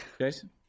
Jason